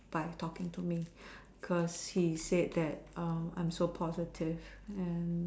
by talking to me cause he said that um I'm so positive and